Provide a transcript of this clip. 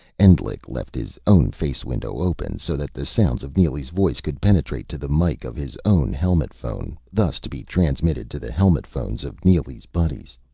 endlich left his own face-window open, so that the sounds of neely's voice could penetrate to the mike of his own helmet phone, thus to be transmitted to the helmet phones of neely's buddies.